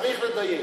צריך לדייק.